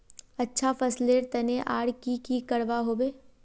अच्छा फसलेर तने आर की की करवा होबे?